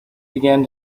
began